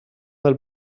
del